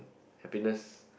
happiness